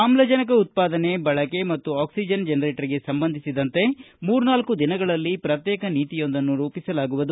ಆಮ್ಲಜನಕ ಉತ್ಪಾದನೆ ಬಳಕೆ ಮತ್ತು ಆಕ್ಲಿಜನ್ ಜನರೇಟರ್ಗೆ ಸಂಬಂಧಿಸಿದಂತೆ ಮೂರ್ನಾಲ್ಲು ದಿನಗಳಲ್ಲಿ ಪ್ರತ್ನೇಕ ನೀತಿಯೊಂದನ್ನು ರೂಪಿಸಲಾಗುವುದು